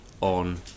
on